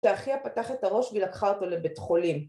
‫שאחיה פתח את הראש ‫והיא לקחה אותו לבית חולים.